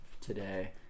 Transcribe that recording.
today